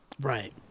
right